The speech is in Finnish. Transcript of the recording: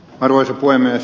arvoisa puhemies